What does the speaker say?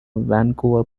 vancouver